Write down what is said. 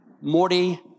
Morty